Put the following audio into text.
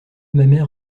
mamère